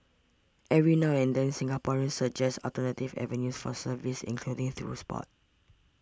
every now and then Singaporeans suggest alternative avenues for service including through sport